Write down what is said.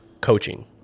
coaching